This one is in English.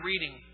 reading